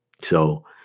So-